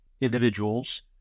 individuals